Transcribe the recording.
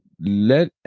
let